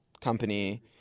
company